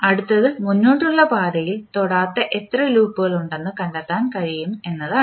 അടുത്തത് മുന്നോട്ടുള്ള പാതയിൽ തൊടാത്ത എത്ര ലൂപ്പുകൾ ഉണ്ടെന്ന് കണ്ടെത്താൻ കഴിയും എന്നതാണ്